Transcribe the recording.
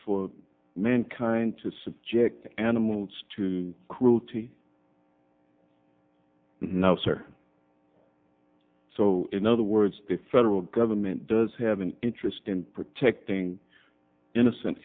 for mankind to subject animals to cruelty no sir so in other words the federal government does have an interest in protecting innocent